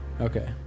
Okay